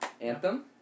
Anthem